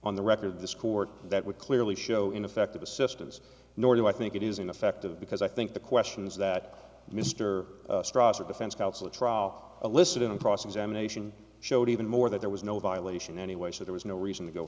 on the record this court that would clearly show ineffective assistance nor do i think it is ineffective because i think the questions that mr stross of defense counsel trial elicited and cross examination showed even more that there was no violation anyway so there was no reason to go